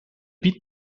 beat